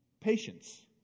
patience